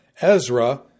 Ezra